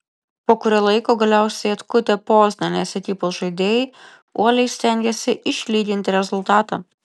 po kurio laiko galiausiai atkutę poznanės ekipos žaidėjai uoliai stengėsi išlyginti rezultatą